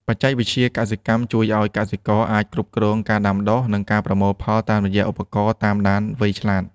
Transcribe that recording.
បច្ចេកវិទ្យាកសិកម្មជួយឱ្យកសិករអាចគ្រប់គ្រងការដាំដុះ និងការប្រមូលផលតាមរយៈឧបករណ៍តាមដានវៃឆ្លាត។